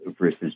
versus